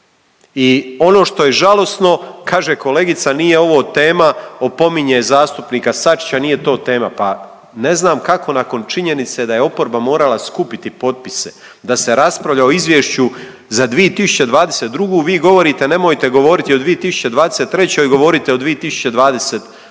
I ono što je žalosno kaže kolegica nije ovo tema opominje zastupnika Sačića. Nije to tema. Pa ne znam kako nakon činjenice da je oporba morala skupiti potpise da se raspravlja o izvješću za 2020. vi govorite nemojte govoriti o 2023., govorite o 2022.